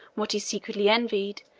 what he secretly envied,